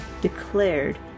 declared